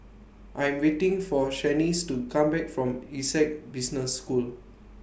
I Am waiting For Shaniece to Come Back from Essec Business School